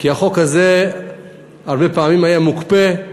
כי החוק הזה הרבה פעמים היה מוקפא,